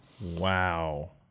Wow